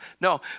No